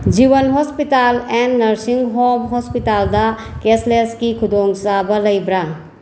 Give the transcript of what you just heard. Jeevan hospital and nursing home ꯍꯣꯁꯄꯤꯇꯥꯜꯗ ꯀꯦꯁꯂꯦꯁꯀꯤ ꯈꯨꯗꯣꯡ ꯆꯥꯕ ꯂꯩꯕ꯭ꯔꯥ